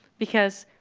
because,